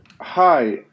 hi